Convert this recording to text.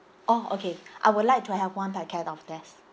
orh okay I would like to have one packet of this